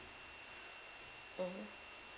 mmhmm